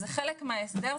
זה חלק מן ההסדר.